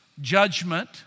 judgment